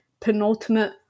penultimate